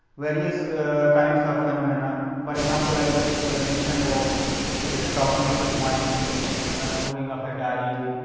various kinds of phenomena. for example, i just mentioned about say tossing of a coin throwing of a die,